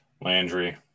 Landry